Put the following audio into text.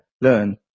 learn